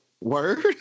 Word